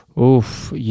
Oof